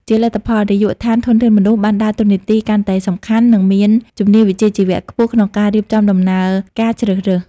ជាលទ្ធផល នាយកដ្ឋានធនធានមនុស្ស បានដើរតួនាទីកាន់តែសំខាន់ និងមានជំនាញវិជ្ជាជីវៈខ្ពស់ក្នុងការរៀបចំដំណើរការជ្រើសរើស។